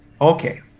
Okay